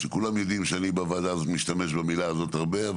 שכולם יבינו שאני בוועדה הזאת משתמש במילה הזאת הרבה,